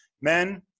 men